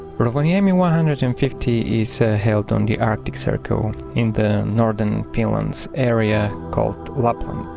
rovaiemi one hundred and fifty is held on the arctic circle in the northern finland area called lapland.